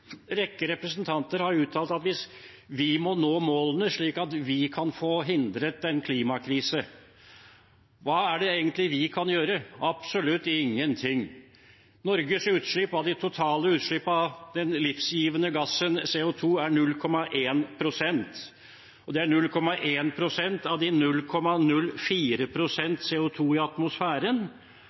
rekke representanter har uttalt at vi må nå målene, slik at vi kan forhindre klimakrisen. Hva er det egentlig vi kan gjøre? Absolutt ingen ting. Norges utslipp av den livgivende gassen CO 2 er 0,1 pst. av de totale utslipp. Det er 0,1 pst. av de 0,04 pst. CO 2 i atmosfæren. Og av de 0,04 pst. CO 2 i atmosfæren,